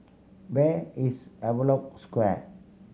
where is Havelock Square